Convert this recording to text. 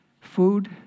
Food